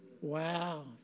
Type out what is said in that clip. Wow